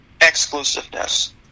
exclusiveness